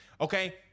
okay